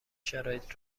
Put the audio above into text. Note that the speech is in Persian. شرایط